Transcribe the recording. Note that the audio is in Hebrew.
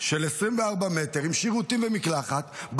של 24 מטר עם שירותים ומקלחת,